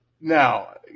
Now